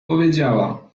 powiedziała